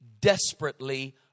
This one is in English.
desperately